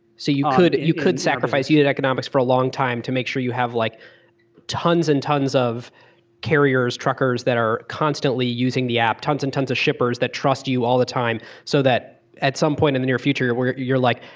so you could you could sacrifice. you did economics for a long time to make sure you have like tons and tons of carriers, truckers that are constantly using the app, tons and tons of shippers that trust you all the time, so that at some point in the near future where you're like,